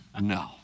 no